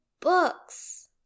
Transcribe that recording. books